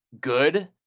good